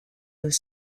deux